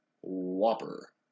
Whopper